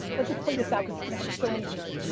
let's just play this out cause it's gonna help so many people.